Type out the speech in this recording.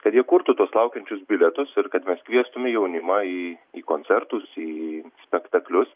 kad jie kurtų tuos laukiančius bilietus ir kad mes kviestume jaunimą į į koncertus į spektaklius